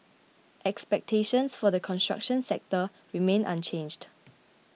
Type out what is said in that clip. expectations for the construction sector remain unchanged